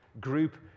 group